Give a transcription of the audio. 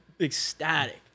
ecstatic